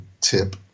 tip